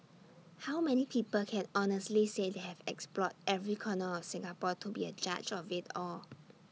how many people can honestly say they have explored every corner of Singapore to be A judge of IT all